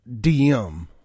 DM